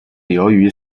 由于